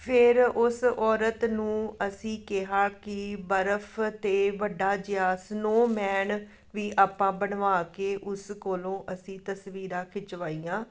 ਫਿਰ ਉਸ ਔਰਤ ਨੂੰ ਅਸੀਂ ਕਿਹਾ ਕਿ ਬਰਫ 'ਤੇ ਵੱਡਾ ਜਿਹਾ ਸਨੋਮੈਨ ਵੀ ਆਪਾਂ ਬਣਵਾ ਕੇ ਉਸ ਕੋਲੋਂ ਅਸੀਂ ਤਸਵੀਰਾਂ ਖਿਚਵਾਈਆਂ